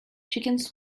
chickens